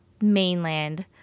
mainland